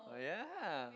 oh yeah